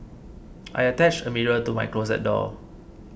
I attached a mirror to my closet door